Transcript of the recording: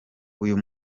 uyu